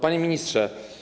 Panie Ministrze!